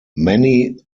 many